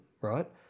right